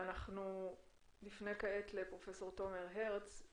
נפנה כעת לפרופ' תומר הרץ,